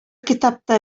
китапта